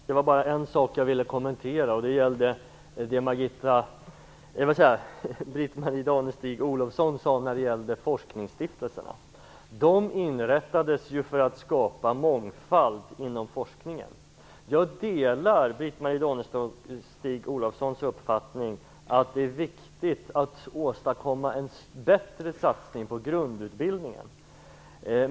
Fru talman! Det är bara en sak jag vill kommentera, och det gäller det som Britt-Marie Danestig Olofsson sade om forskningsstiftelserna. De inrättades ju för att skapa mångfald inom forskningen. Jag delar Britt-Marie Danestig-Olofssons uppfattning att det är viktigt att åstadkomma en bättre satsning på grundutbildningen.